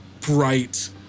bright